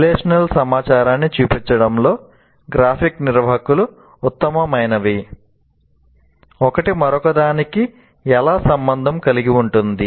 relational సమాచారాన్ని చూపించడంలో graphic నిర్వాహకులు ఉత్తమమైనవి ఒకటి మరొకదానికి ఎలా సంబంధం కలిగి ఉంటుంది